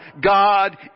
God